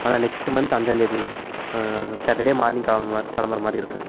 next month அஞ்சாம்தேதிண்ணா Saturday morning கிளம்பு கிளம்புற மாதிரி இருக்கும்